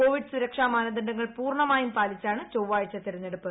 Covid സുരക്ഷാ മാനദണ്ഡങ്ങൾ പൂർണ്ണമായും പാലിച്ചാണ് ചൊവ്വാഴ്ച തിരഞ്ഞെടുപ്പ്